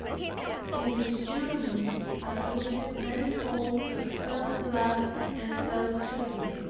in this journey i committed many faults of self-love and self-seeking.